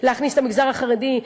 להכניס את המגזר החרדי,